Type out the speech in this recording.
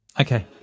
Okay